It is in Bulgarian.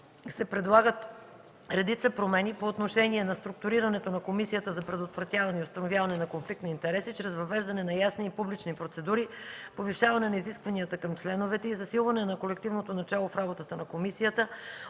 се предлагат редица промени по отношение на: структурирането на Комисията за предотвратяване и установяване на конфликт на интереси чрез въвеждане на ясни и публични процедури; повишаване на изискванията към членовете й; засилване на колективното начало в работата на комисията;